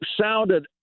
sounded